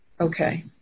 Okay